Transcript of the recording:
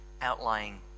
outlying